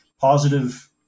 positive